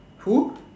who